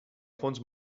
fons